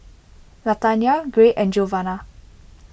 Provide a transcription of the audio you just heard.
Latanya Gray and Giovanna